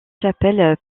chapelle